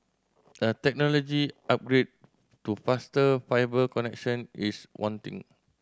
a technology upgrade to faster fibre connection is wanting